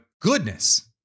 goodness